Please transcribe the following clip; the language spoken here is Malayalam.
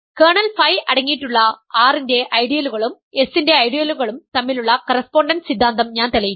കേർണൽ ഫൈ അടങ്ങിയിട്ടുള്ള R ന്റെ ഐഡിയലുകളും S ന്റെ ഐഡിയലുകളും തമ്മിലുള്ള കറസ്പോണ്ടൻസ് സിദ്ധാന്തം ഞാൻ തെളിയിച്ചു